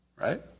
Right